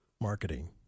marketing